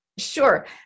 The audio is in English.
Sure